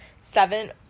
seven